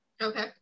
Okay